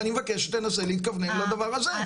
ואני מבקש שתנסה להתכוונן לדבר הזה.